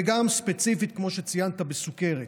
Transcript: וגם ספציפית, כמו שציינת, בסוכרת.